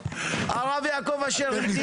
הרב יעקב אשר איתי.